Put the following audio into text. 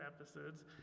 episodes